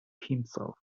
himself